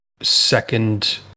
second